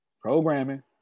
Programming